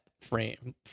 frame